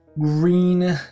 green